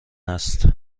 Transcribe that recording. است